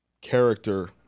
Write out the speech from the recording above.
character